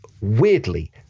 Weirdly